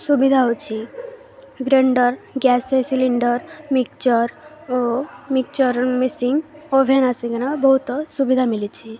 ସୁବିଧା ହେଉଛି grinder gas cylinder mixture ଓ ମିକ୍ସଚର୍ ମେସିନ୍ ଓଭେନ୍ ଆସିକିନା ବହୁତ ସୁବିଧା ମିଳିଛି